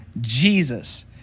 Jesus